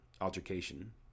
altercation